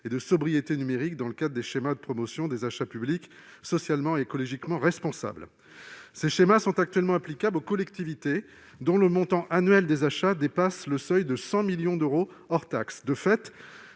et de sobriété numérique dans le cadre des schémas de promotion des achats publics socialement et écologiquement responsables. Ces schémas sont actuellement applicables aux collectivités dont le montant annuel des achats dépasse le seuil de 100 millions d'euros, hors taxes.